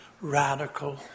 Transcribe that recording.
radical